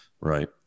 right